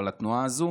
אבל התנועה הזו,